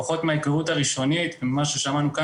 לפחות מההיכרות הראשונית ממה ששמענו כאן